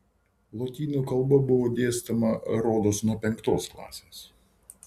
lotynų kalba buvo dėstoma rodos nuo penktos klasės